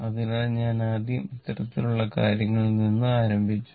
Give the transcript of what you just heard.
അതിനാൽ ഞാൻ ആദ്യം ഇത്തരത്തിലുള്ള കാര്യങ്ങളിൽ നിന്ന് ആരംഭിച്ചു